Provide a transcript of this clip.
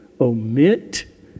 omit